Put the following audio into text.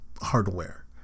hardware